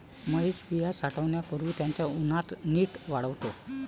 महेश बिया साठवण्यापूर्वी त्यांना उन्हात नीट वाळवतो